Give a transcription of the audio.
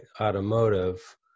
automotive